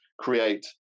create